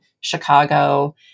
Chicago